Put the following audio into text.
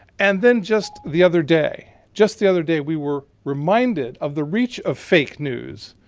and then just the other day, just the other day, we were reminded of the reach of fake news